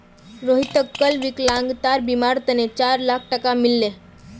रोहितक कल विकलांगतार बीमार तने चार लाख टका मिल ले